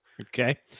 Okay